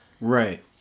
right